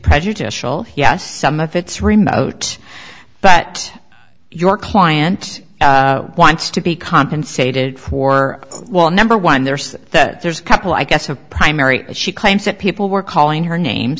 prejudicial yes some of it's remote but your client wants to be compensated for well number one there's that there's a couple i guess of primary she claims that people were calling her name